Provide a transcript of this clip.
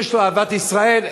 יש לו אהבת ישראל,